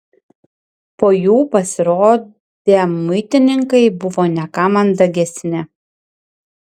po jų pasirodę muitininkai buvo ne ką mandagesni